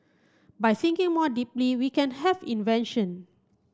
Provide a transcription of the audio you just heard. by thinking more deeply we can have invention